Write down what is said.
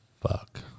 fuck